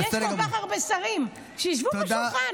יש כל כך הרבה שרים, שישבו בשולחן.